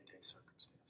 circumstances